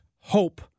HOPE